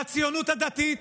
הציונות הדתית